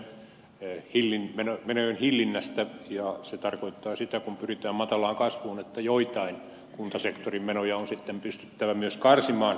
täällä on puhuttu menojen hillinnästä ja se tarkoittaa sitä kun pyritään matalaan kasvuun että joitain kuntasektorin menoja on sitten pystyttävä myös karsimaan